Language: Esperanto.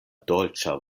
dolĉa